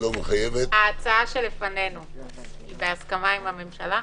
ההצעה שלפנינו היא בהסכמה עם הממשלה?